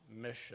mission